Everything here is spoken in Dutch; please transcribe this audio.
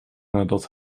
nadat